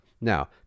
Now